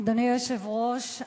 אדוני היושב-ראש,